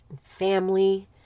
family